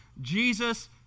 Jesus